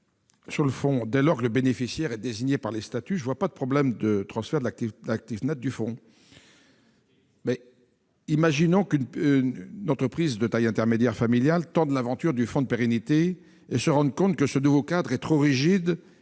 sous-amendement. Dès lors que le bénéficiaire est désigné par les statuts, je ne vois pas quel problème poserait le transfert de l'actif net du fonds. Imaginons qu'une entreprise de taille intermédiaire familiale tente l'aventure du fonds de pérennité, avant de se rendre compte que ce nouveau cadre est trop rigide